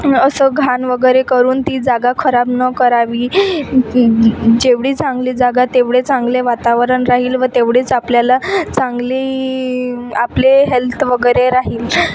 असं घाण वगैरे करून ती जागा खराब न करावी जेवढी चांगली जागा तेवढे चांगलं वातावरण राहील व तेवढेच आपल्याला चांगली आपले हेल्थ वगैरे राहील